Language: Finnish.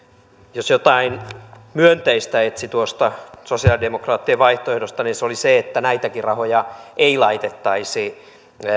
jos jotain myönteistä etsi tuosta sosialidemokraattien vaihtoehdosta niin se oli se että näitäkin rahoja ei laitettaisi